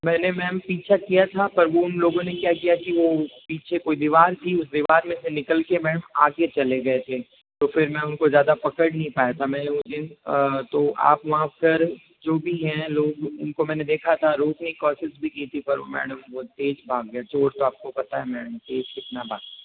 मैंने मैम पीछा किया था पर उन लोगों ने क्या किया कि वो पीछे कोई दीवार थी उस दीवार में से निकल के मैम आगे चले गए थे तो फिर मैं उनको ज़्यादा पकड़ नहीं पाया था मैं उस दिन तो आप वहां पर जो भी हैं लोग उनको मैंने देखा था रोकने की कोशिश भी की थी पर मैडम वो तेज़ भाग गए चोर तो आप को पता है मैडम तेज़ कितना भागते